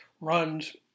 runs